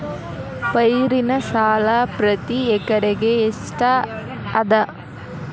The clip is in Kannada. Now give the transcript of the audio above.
ಪೈರಿನ ಸಾಲಾ ಪ್ರತಿ ಎಕರೆಗೆ ಎಷ್ಟ ಅದ?